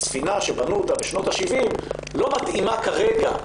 שהספינה שבנו בשנות ה-70 לא מתאימה כרגע,